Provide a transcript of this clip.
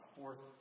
fourth